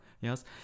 yes